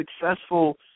successful